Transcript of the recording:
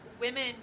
women